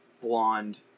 blonde